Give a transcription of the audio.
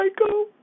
Michael